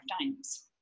times